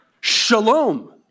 shalom